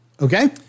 Okay